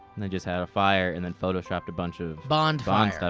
and then just had a fire and then photoshopped a bunch of bond bond stuff.